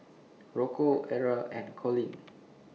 Rocco Arra and Collin